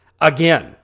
again